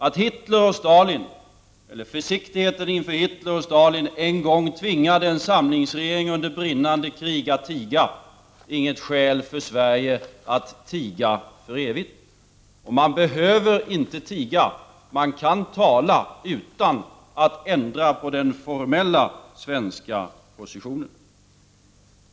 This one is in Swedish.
Att försiktigheten i förhållande till Hitler och Stalin en gång tvingade en samlingsregering under brinnande krig att tiga är inget skäl för att Sverige skall tiga för evigt. Man behöver inte tiga. Man kan tala utan att ändra på den formella svenska positionen.